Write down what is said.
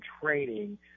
training